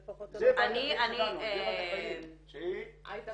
זה החיים שלי --- לא